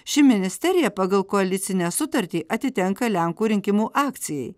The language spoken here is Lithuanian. ši ministerija pagal koalicinę sutartį atitenka lenkų rinkimų akcijai